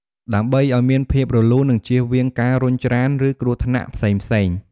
ដើម្បីឱ្យមានភាពរលូន និងជៀសវាងការរុញច្រាន ឬគ្រោះថ្នាក់ផ្សេងៗ។